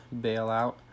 bailout